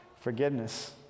forgiveness